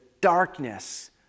darkness